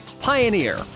Pioneer